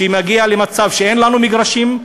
שמגיע למצב שאין לנו מגרשים,